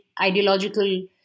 ideological